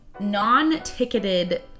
non-ticketed